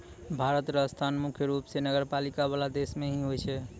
भारत र स्थान मुख्य रूप स नगरपालिका वाला देश मे ही होय छै